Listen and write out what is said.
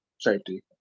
safety